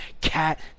cat